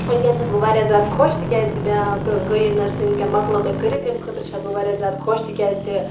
وٕنۍکٮ۪ن چھَس بہٕ واریاہ زیادٕ خوش تِکیٛازِ تہِ مےٚ گٔے یہِ نٔرسِنٛگ وٕنۍکٮ۪ن مکلٲو مےٚ کٔرِتھ اَمہِ خٲطرٕ چھَس بہٕ واریاہ زیادٕ خوش تِکیٛازِ تہِ